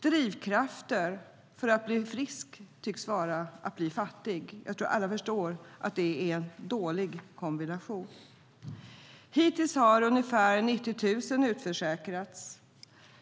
Drivkraften för att bli frisk tycks vara att bli fattig. Jag tror att alla förstår att det är en dålig kombination. Hittills har ungefär 90 000 utförsäkrats.